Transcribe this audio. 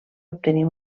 obtenir